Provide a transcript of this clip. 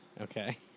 Okay